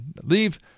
leave